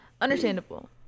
understandable